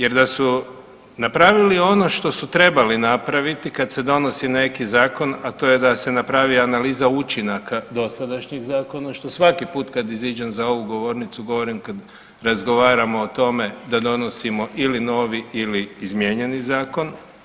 Jer da su napravili ono što su trebali napraviti kad se donosi neki Zakon a to je da se napravi analiza učinaka dosadašnjih Zakona što svaki put kad iziđem za ovu govornicu govorim kad razgovaramo o tome da donosimo ili novi ili izmijenjeni Zakon.